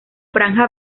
franja